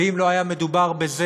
ואם לא היה מדובר בזה